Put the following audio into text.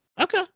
Okay